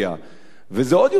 וזה עוד יותר מגוחך,